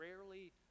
rarely